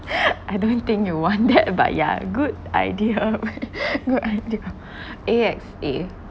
I don't think you want that but yeah good idea good idea A_X_A